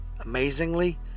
Amazingly